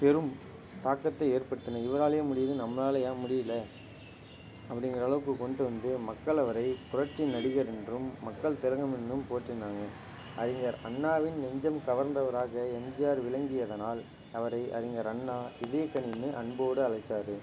பெரும் தாக்கத்தை ஏற்படுத்தின இவராலையே முடியல நம்மளால் ஏன் முடியல அப்படிங்கிற அளவுக்கு கொண்டு வந்து மக்கள் அவரை புரட்சி நடிகர் என்றும் மக்கள் திலகம் என்றும் போற்றினாங்க அறிஞர் அண்ணாவின் நெஞ்சம் கவர்ந்தவராக எம்ஜிஆர் விளங்கியதனால் அவரை அறிஞர் அண்ணா இதயக்கனின்னு அன்போடு அழைச்சாரு